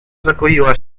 zagoiła